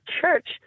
church